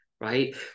right